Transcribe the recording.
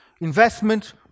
investment